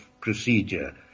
procedure